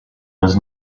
was